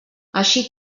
així